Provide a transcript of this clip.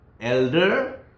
elder